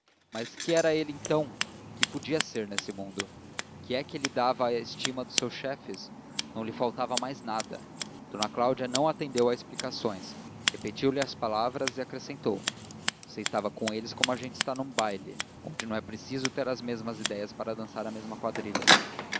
mas que era ele então que podia ser neste mundo que é que lhe dava a estima dos seus chefes não lhe faltava mais nada d cláudia não atendeu a explicações repetiu-lhe as palavras e acrescentou você estava com eles como a gente está num baile onde não é preciso ter as mesmas ideias para dançar a mesma quadrilha